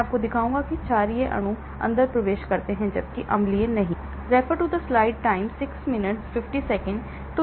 मैं आपको दिखाऊंगा कि क्षारीय अणु अंदर प्रवेश कर सकते हैं जबकि अम्लीय नहीं हैं